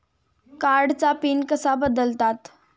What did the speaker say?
कार्डचा पिन कसा बदलतात?